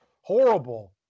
Horrible